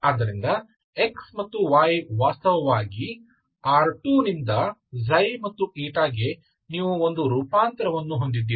ಆದ್ದರಿಂದ x ಮತ್ತು y ವಾಸ್ತವವಾಗಿ R2 ನಿಂದ ξ ಮತ್ತು η ಗೆ ನೀವು ಒಂದು ರೂಪಾಂತರವನ್ನು ಹೊಂದಿದ್ದೀರಿ